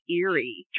eerie